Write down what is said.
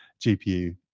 gpu